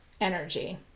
energy